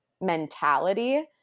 mentality